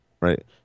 Right